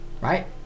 right